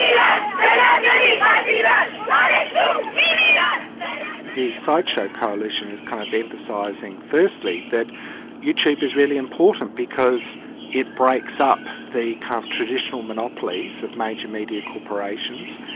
the sideshow coalition is kind of emphasising firstly that youtube is really important, because it breaks up the kind of traditional monopolies of major media corporations,